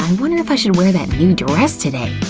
um wonder if i should wear that new dress today?